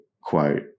quote